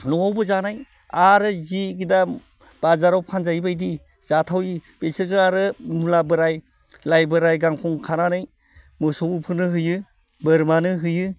न'आवबो जानाय आरो जि दाम बाजाराव फानजायि बायदि जाथावि बेसोरजो आरो मुला बोराय लाइ बोराय गांखं खानानै मोसौफोरनो होयो बोरमानो होयो